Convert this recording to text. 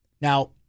Now